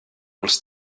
els